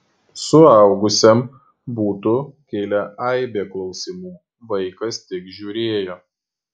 suaugusiam būtų kilę aibė klausimų vaikas tik žiūrėjo